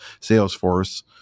Salesforce